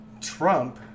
Trump